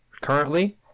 currently